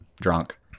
drunk